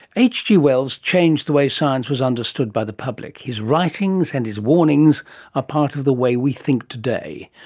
hg wells changed the way science was understood by the public. his writings and his warnings are ah part of the way we think today.